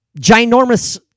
ginormous